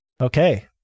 Okay